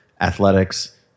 athletics